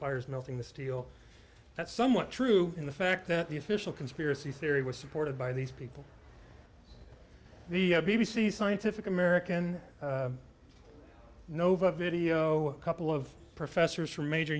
fires melting the steel that's somewhat true in the fact that the official conspiracy theory was supported by these people the b b c scientific american nova video a couple of professors from major